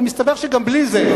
אבל מסתבר שגם בלי זה,